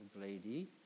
lady